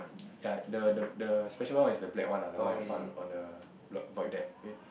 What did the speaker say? ya the the the special one is the black one ah the one I found on the block void deck okay